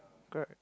correct